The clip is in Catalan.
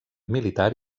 militar